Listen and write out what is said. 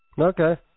Okay